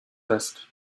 desk